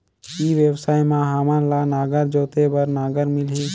ई व्यवसाय मां हामन ला नागर जोते बार नागर मिलही?